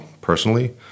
personally